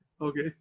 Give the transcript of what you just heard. Okay